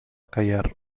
callar